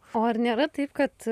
o ar nėra taip kad